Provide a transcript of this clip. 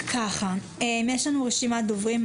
יש לנו רשימת דוברים.